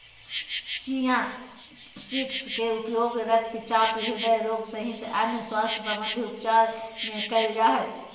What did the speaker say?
chia seeds के उपयोग रक्तचाप, हृदय रोग सहित अन्य स्वास्थ्य संबंधित उपचार मे करल जा हय